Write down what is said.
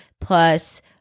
plus